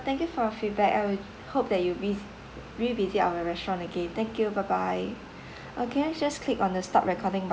thank you for your feedback I would hope that you re~ revisit our restaurant again thank you bye bye uh can I just click on the stop recording